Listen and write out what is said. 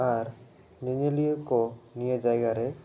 ᱟᱨ ᱧᱮᱧᱮᱞᱤᱭᱟᱹ ᱠᱚ ᱱᱤᱭᱟᱹ ᱡᱟᱭᱜᱟ ᱨᱮ